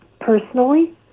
personally